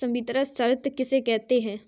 संवितरण शर्त किसे कहते हैं?